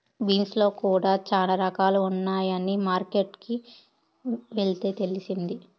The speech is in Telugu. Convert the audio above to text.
బీన్స్ లో కూడా చానా రకాలు ఉన్నాయని మార్కెట్ కి వెళ్తే తెలిసింది